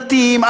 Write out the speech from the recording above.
דתיים,